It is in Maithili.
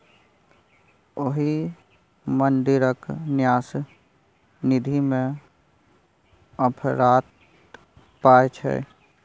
ओहि मंदिरक न्यास निधिमे अफरात पाय छै